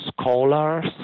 scholars